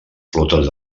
flotes